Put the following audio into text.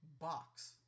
box